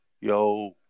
Yo